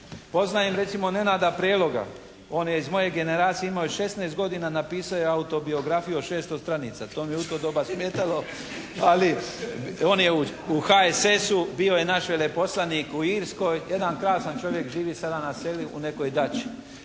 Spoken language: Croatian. Poznam recimo Nenada Preloga, on je iz moje generacije, imao je 16 godina i napisao je autobiografiju od 600 stranica, to mi je u to doba smetalo ali on je u HSS-u, bio je naš veleposlanik u Irskoj, jedan krasan čovjek. Živi sada na selu u nekoj Dači.